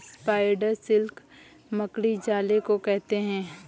spider silk मकड़ी जाले को कहते हैं